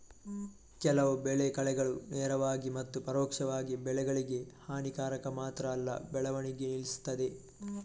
ಕೆಲವು ಬೆಳೆ ಕಳೆಗಳು ನೇರವಾಗಿ ಮತ್ತು ಪರೋಕ್ಷವಾಗಿ ಬೆಳೆಗಳಿಗೆ ಹಾನಿಕಾರಕ ಮಾತ್ರ ಅಲ್ಲ ಬೆಳವಣಿಗೆ ನಿಲ್ಲಿಸ್ತದೆ